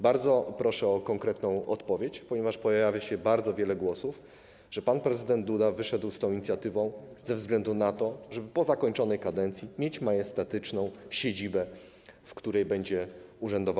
Bardzo proszę o konkretną odpowiedź, ponieważ pojawia się bardzo wiele głosów, że pan prezydent Duda wyszedł z tą inicjatywą ze względu na to, żeby po zakończonej kadencji mieć majestatyczną siedzibę, w której będzie urzędował.